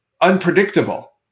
unpredictable